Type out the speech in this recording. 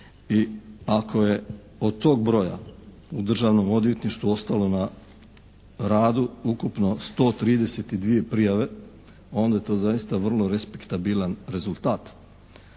i ako je od tog broja u Državnom odvjetništvu ostalo na radu ukupno 132 prijave onda je to zaista vrlo respektabilan rezultat.